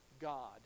God